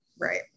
Right